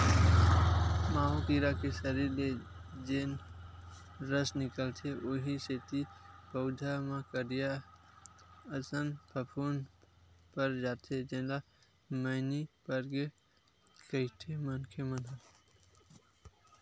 माहो कीरा के सरीर ले जेन रस निकलथे उहीं सेती पउधा म करिया असन फफूंद पर जाथे जेला मइनी परगे कहिथे मनखे मन ह